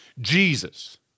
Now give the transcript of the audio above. Jesus